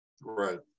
Right